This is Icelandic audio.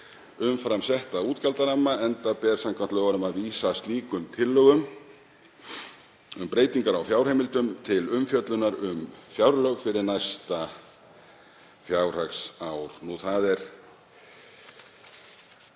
umfram setta útgjaldaramma, enda ber samkvæmt lögunum að vísa slíkum tillögum um breytingar á fjárheimildum til umfjöllunar um fjárlög fyrir næsta fjárhagsár. Markmiðið